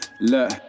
Look